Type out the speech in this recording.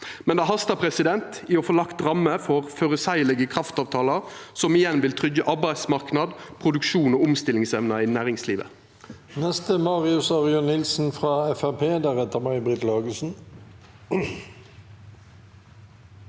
Men det hastar å få lagt rammer for føreseielege kraftavtalar, som igjen vil tryggja arbeidsmarknaden, produksjonen og omstillingsevna i næringslivet.